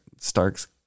Stark's